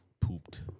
Pooped